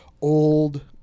old